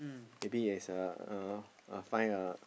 maybe is uh uh find a